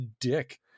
dick